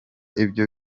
ibyo